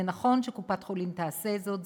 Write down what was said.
זה נכון שקופת-חולים תעשה זאת,